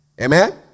Amen